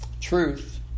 Truth